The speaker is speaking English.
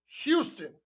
Houston